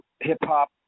hip-hop